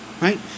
right